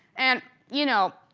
and, you know,